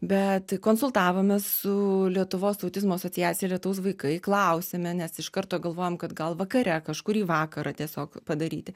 bet konsultavomės su lietuvos autizmo asociacija lietaus vaikai klausėme nes iš karto galvojam kad gal vakare kažkurį vakarą tiesiog padaryti